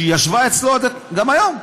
שישבה אצלו, גם היום,